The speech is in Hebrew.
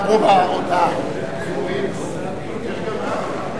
(חותם על ההצהרה)